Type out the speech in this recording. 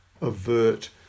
avert